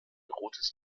rotes